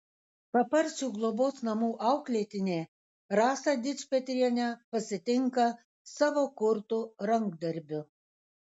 paparčių globos namų auklėtinė rasą dičpetrienę pasitinka savo kurtu rankdarbiu